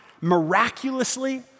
miraculously